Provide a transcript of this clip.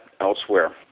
elsewhere